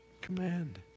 command